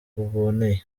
buboneye